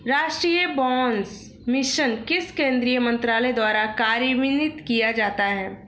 राष्ट्रीय बांस मिशन किस केंद्रीय मंत्रालय द्वारा कार्यान्वित किया जाता है?